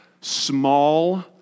small